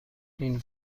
این